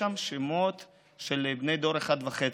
שמות של בני דור אחד וחצי,